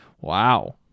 wow